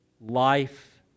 life